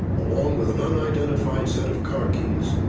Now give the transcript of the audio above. along with an unidentified set of car keys,